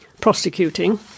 prosecuting